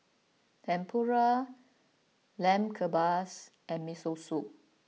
Tempura Lamb Kebabs and Miso Soup